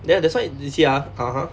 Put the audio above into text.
then that's why you see ah (uh huh)